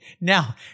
Now